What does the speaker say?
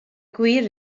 gwir